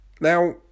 now